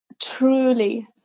truly